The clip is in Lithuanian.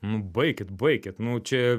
nu baikit baikit nu čia